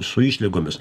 su išlygomis